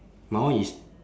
my one is